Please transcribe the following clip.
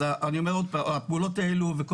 אני אומר עוד פעם שהפעולות האלה וכל